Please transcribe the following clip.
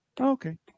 Okay